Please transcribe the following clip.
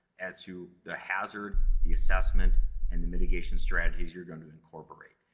as to the hazard, the assessment and the mitigation strategies you're going to incorporate.